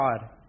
God